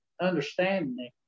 understanding